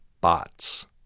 bots